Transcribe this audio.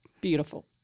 beautiful